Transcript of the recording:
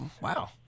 Wow